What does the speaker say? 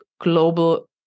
global